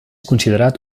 considerat